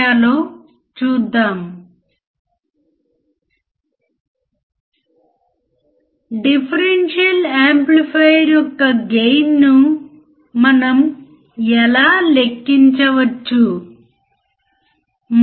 కాబట్టి ఇప్పుడు non inverting amplifier యొక్క బ్రెడ్ బోర్డ్ చూద్దాం